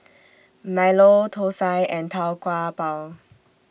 Milo Thosai and Tau Kwa Pau